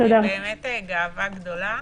את גאווה גדולה.